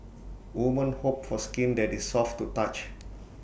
women hope for skin that is soft to touch